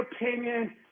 opinion